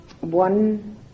one